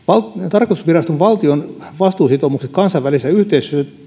tarkastusviraston valtion vastuusitou mukset kansainvälisissä yhteisöissä